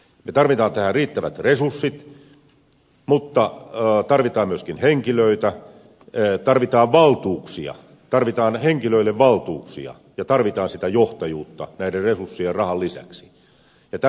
me tarvitsemme tähän riittävät resurssit mutta tarvitaan myöskin henkilöitä tarvitaan valtuuksia tarvitaan henkilöille valtuuksia ja tarvitaan sitä johtajuutta näiden resurssien ja rahan lisäksi